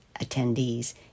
attendees